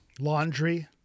Laundry